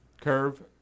Curve